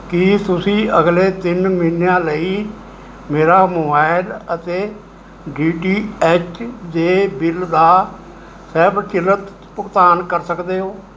ਕੀ ਤੁਸੀਂਂ ਅਗਲੇ ਤਿੰਨ ਮਹੀਨਿਆਂ ਲਈ ਮੇਰਾ ਮੋਵਾਈਲ ਅਤੇ ਡੀ ਟੀ ਐੱਚ ਦੇ ਬਿੱਲ ਦਾ ਸਵੈਚਲਿਤ ਭੁਗਤਾਨ ਕਰ ਸਕਦੇ ਹੋ